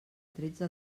tretze